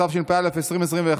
התשפ"א 2021,